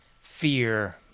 fear